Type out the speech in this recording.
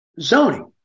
zoning